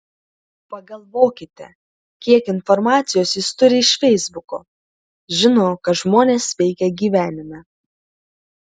pagalvokite kiek informacijos jis turi iš feisbuko žino ką žmonės veikia gyvenime